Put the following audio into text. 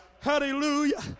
Hallelujah